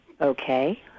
okay